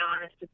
honest